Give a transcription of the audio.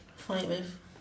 find with